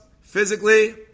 physically